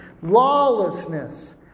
lawlessness